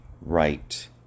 right